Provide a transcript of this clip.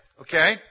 okay